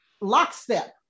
lockstep